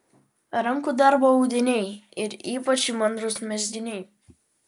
rankų darbo audiniai ir ypač įmantrūs mezginiai